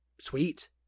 sweet